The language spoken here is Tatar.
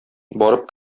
барып